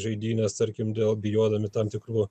žaidynes tarkim dėl bijodami tam tikrų